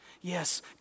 Yes